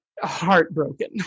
heartbroken